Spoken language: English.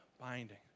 binding